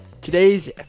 today's